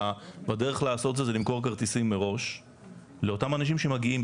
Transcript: והדרך לעשות את זה זה למכור כרטיסים מראש לאותם אנשים שמגיעים.